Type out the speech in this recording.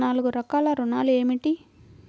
నాలుగు రకాల ఋణాలు ఏమిటీ?